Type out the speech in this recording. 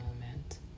moment